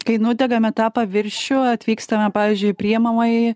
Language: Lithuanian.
kai nudegame tą paviršių atvykstame pavyzdžiui į priemamąjį